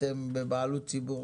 אתם בבעלות ציבורית?